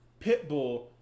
Pitbull